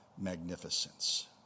magnificence